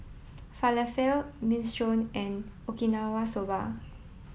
Falafel Minestrone and Okinawa Soba